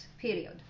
period